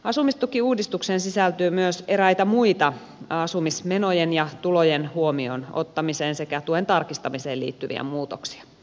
asumistukiuudistukseen sisältyy myös eräitä muita asumismenojen ja tulojen huomioon ottamiseen sekä tuen tarkistamiseen liittyviä muutoksia